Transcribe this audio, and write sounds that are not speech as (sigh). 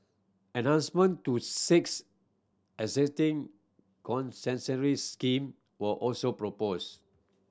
enhancement to six existing (unintelligible) scheme were also proposed